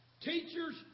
teachers